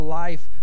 life